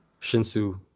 shinsu